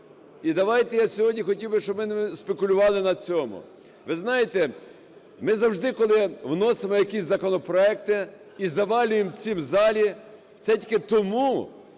І давайте, я сьогодні хотів би, щоб ми не спекулювали на цьому. Ви знаєте, ми завжди, коли вносимо якісь законопроекти і завалюємо ці в залі, це тільки тому,